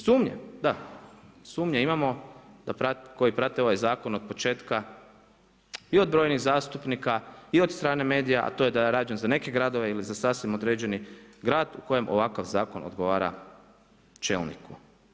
Sumnje da, sumnje imamo koji prate ovaj zakon od početka i od brojnih zastupnika i od strane medija, a to je da je rađen za neke gradove ili za sasvim određeni grad u kojem ovakav zakon odgovara čelniku.